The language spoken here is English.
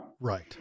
Right